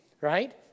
right